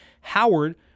Howard